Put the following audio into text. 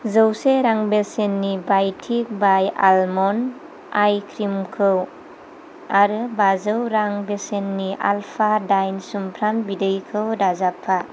जौसे रां बेसेननि बाय'टिक बाय' आल्मन्ड आइ क्रिमखौ आरो बाजौ रां बेसेननि आल्फा डाइन सुमफ्राम बिदैखौ दाजाबफा